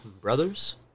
Brothers